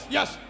Yes